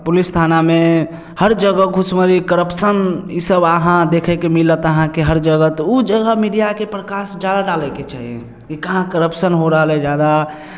police थानामे हर जगह घूसखोरी करप्शन इसभ अहाँ देखयके मिलत अहाँकेँ हर जगह तऽ ओ जगह मीडियाके प्रकाश जादा डालयके चाहियै कि कहाँ करप्शन हो रहल हइ जादा